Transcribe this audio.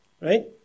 right